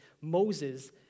Moses